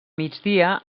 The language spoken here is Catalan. migdia